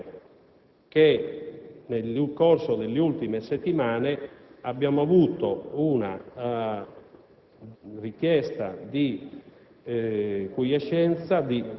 Non posso nascondere che, nel corso delle ultime settimane, abbiamo avuto una richiesta di